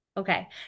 Okay